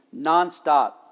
Nonstop